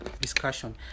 discussion